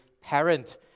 parent